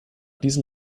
diesen